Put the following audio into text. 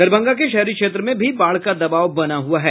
दरभंगा के शहरी क्षेत्र में भी बाढ़ का दबाव बना हुआ है